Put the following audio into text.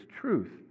truth